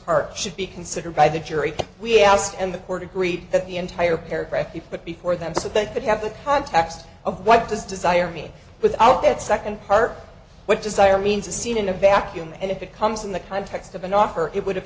part should be considered by the jury we asked and the court agreed that the entire paragraph you put before them so they could have the context of what does desire mean without that second part what desire means a scene in a vacuum and if it comes in the context of an offer it would have